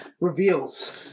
reveals